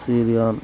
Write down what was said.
Syria